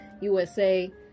USA